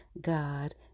God